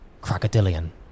Crocodilian